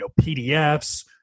PDFs